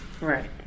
Right